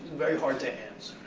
very hard to answer.